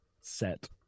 set